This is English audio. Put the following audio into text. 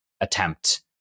attempt